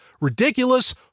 ridiculous